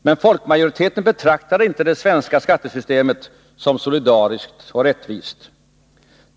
Men folkmajoriteten betraktar inte det svenska skattesystemet som solidariskt och rättvist.